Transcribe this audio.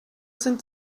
sind